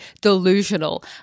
delusional